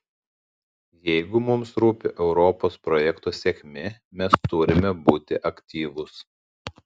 jeigu mums rūpi europos projekto sėkmė mes turime būti aktyvūs